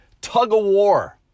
tug-of-war